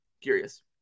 Curious